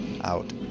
out